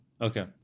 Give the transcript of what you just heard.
Okay